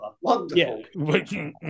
Wonderful